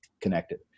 connected